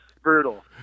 brutal